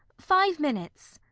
five minutes.